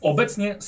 Obecnie